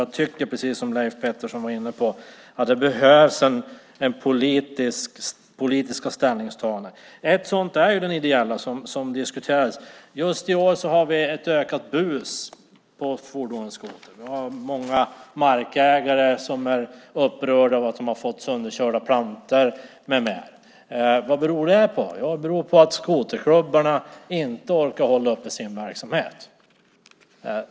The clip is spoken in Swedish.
Jag tycker, precis som Leif Pettersson var inne på, att det behövs politiska ställningstaganden. Ett sådant är det ideella, som diskuterades. Just i år har vi ett ökat bus på fordonet skoter. Många markägare är upprörda över att de har fått plantor sönderkörda med mera. Vad beror det på? Jo, det beror på att skoterklubbarna inte orkar hålla uppe sin verksamhet.